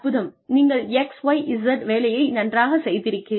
நீங்கள் XYZ வேலையை நன்றாகச் செய்திருக்கிறீர்கள்